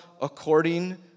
according